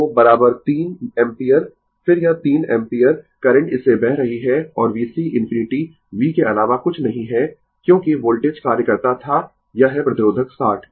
तो 3 एम्पियर फिर यह 3 एम्पियर करंट इससे बह रही है और VC ∞ V के अलावा कुछ नहीं है क्योंकि वोल्टेज कार्य करता था यह है प्रतिरोधक 60